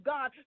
God